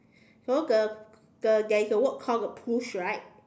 so the the there is a word called uh push right